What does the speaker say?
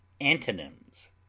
Antonyms